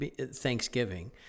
Thanksgiving